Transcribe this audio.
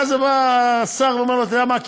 ואז אמר השר: אתה יודע מה?